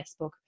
Facebook